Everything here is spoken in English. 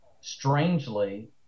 strangely